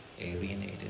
alienated